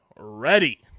ready